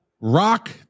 rock